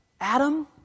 Adam